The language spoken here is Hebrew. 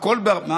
הכול, מציעס.